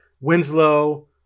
Winslow